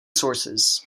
sources